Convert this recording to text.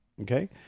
Okay